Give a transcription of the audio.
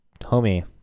Homie